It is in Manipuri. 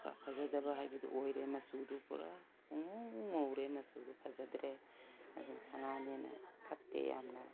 ꯏꯐ ꯐꯖꯗꯕ ꯍꯥꯏꯕꯗꯨ ꯑꯣꯏꯔꯦ ꯃꯆꯨꯗꯨ ꯄꯨꯔꯥ ꯄꯨꯡꯉꯧ ꯉꯧꯔꯦ ꯃꯆꯨꯗꯨ ꯐꯖꯗ꯭ꯔꯦ ꯑꯗꯨ ꯁꯅꯥꯅꯦꯅ ꯐꯠꯇꯦ ꯌꯥꯝꯅ